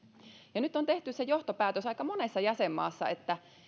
ja nyt on tehty se johtopäätös aika monessa jäsenmaassa että